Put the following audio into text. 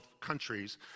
countries